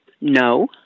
No